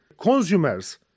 consumers